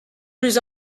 plus